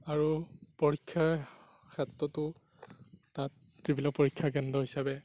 আৰু পৰীক্ষাৰ ক্ষেত্ৰতো তাত যিবিলাক পৰীক্ষাৰ কেন্দ্ৰ হিচাপে